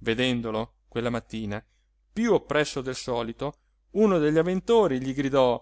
vedendolo quella mattina piú oppresso del solito uno degli avventori gli gridò